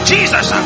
Jesus